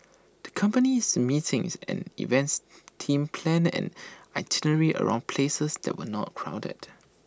the company's meetings and events team planned an itinerary around places that were not crowded